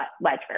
ledger